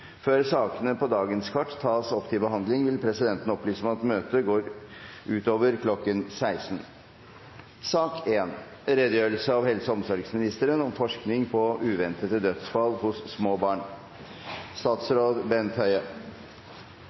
Før sakene på dagens kart tas opp til behandling, vil presidenten opplyse om at møtet fortsetter utover kl. 16.